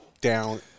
down